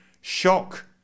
shock